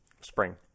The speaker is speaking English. spring